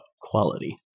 quality